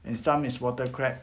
and some is water crab